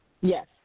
Yes